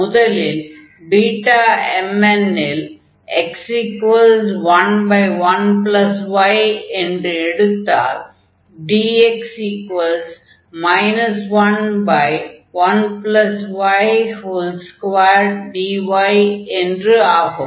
முதலில் வரையறுத்த Bmn இல் x11y என்று எடுத்தால் dx 11y2dy என்று ஆகும்